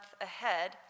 ahead